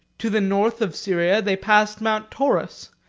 to the north of syria, they passed mount taurus,